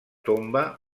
tomba